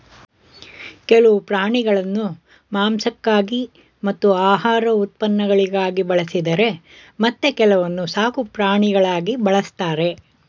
ಕೆಲವು ಪ್ರಾಣಿಗಳನ್ನು ಮಾಂಸಕ್ಕಾಗಿ ಮತ್ತು ಆಹಾರ ಉತ್ಪನ್ನಗಳಿಗಾಗಿ ಬಳಸಿದರೆ ಮತ್ತೆ ಕೆಲವನ್ನು ಸಾಕುಪ್ರಾಣಿಗಳಾಗಿ ಬಳ್ಸತ್ತರೆ